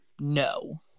No